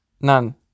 None